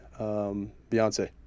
Beyonce